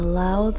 Allow